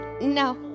no